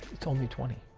it's only twenty.